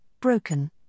broken